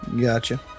Gotcha